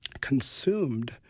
consumed